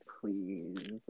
Please